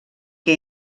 que